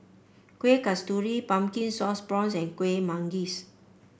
Kueh Kasturi Pumpkin Sauce Prawns and Kuih Manggis